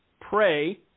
pray –